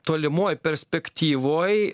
tolimoj perspektyvoj